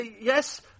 yes